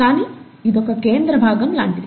కానీ ఇది ఒక కేంద్ర భాగం లాంటిది